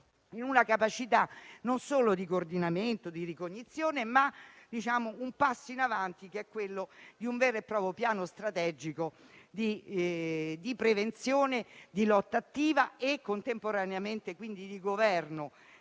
in una capacità non solo di coordinamento e ricognizione, ma anche di elaborazione di un vero e proprio piano strategico di prevenzione, lotta attiva e contemporaneamente di governo